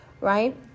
right